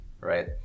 right